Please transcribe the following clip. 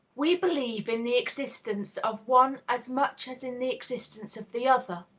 we believe in the existence of one as much as in the existence of the other.